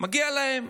מגיע להם,